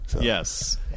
Yes